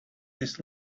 this